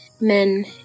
men